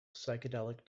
psychedelic